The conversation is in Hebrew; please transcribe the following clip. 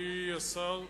מכובדי השר,